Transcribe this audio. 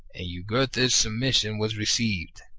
and jugurtha's submission was received.